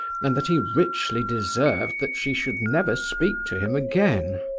and that he richly deserved that she should never speak to him again.